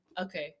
Okay